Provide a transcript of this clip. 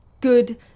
good